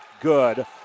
good